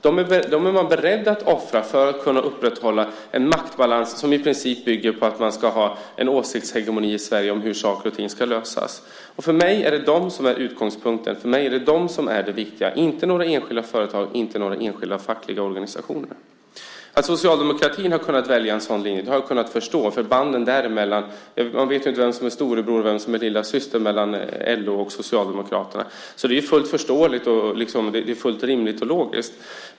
Man är beredd att offra dem för att upprätthålla en maktbalans som i princip bygger på att man ska ha en åsiktshegemoni i Sverige om hur saker och ting ska lösas. De är utgångspunkten för mig. De är de viktiga för mig - inte några enskilda företag eller enskilda fackliga organisationer. Att socialdemokratin har valt en sådan linje har jag kunnat förstå. Se på banden dem emellan. Man vet ju inte vem som är storebror eller lillasyster av LO och Socialdemokraterna. Det är fullt förståeligt, rimligt och logiskt.